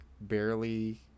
barely